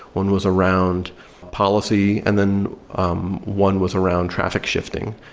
one was around policy. and then um one was around traffic shifting.